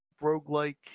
roguelike